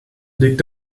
liegt